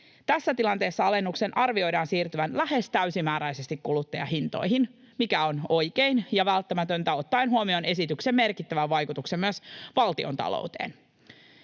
tässä tilanteessa alennuksen arvioidaan siirtyvän lähes täysimääräisesti kuluttajahintoihin, mikä on oikein ja välttämätöntä ottaen huomioon esityksen merkittävän vaikutuksen myös valtiontalouteen.